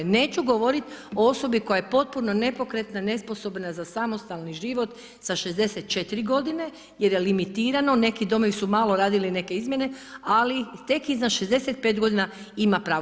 Neću govoriti o osobi koja je potpuno nepokretna i nesposobna za samostalni život sa 64 godine jer je limitirano, neki domovi su malo radili neke izmjene, ali tek iznad 65 godina ima pravo.